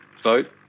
vote